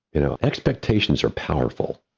you know, expectations are powerful.